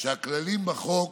שהכללים בחוק